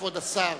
כבוד השר,